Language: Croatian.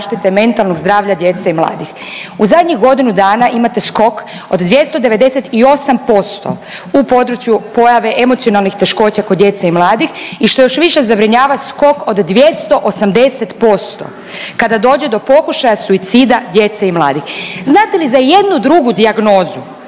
mentalnog zdravlja djece i mladih. U zadnjih godinu dana imate skok od 298% u području pojave emocionalnih teškoća kod djece i mladih i što još više zabrinjava skok od 280% kada dođe do pokušaja suicida djece i mladih. Znate li za jednu drugu dijagnozu